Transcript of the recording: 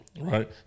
right